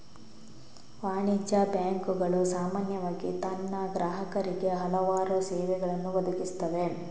ವಾಣಿಜ್ಯ ಬ್ಯಾಂಕುಗಳು ಸಾಮಾನ್ಯವಾಗಿ ತನ್ನ ಗ್ರಾಹಕರಿಗೆ ಹಲವಾರು ಸೇವೆಗಳನ್ನು ಒದಗಿಸುತ್ತವೆ